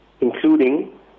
including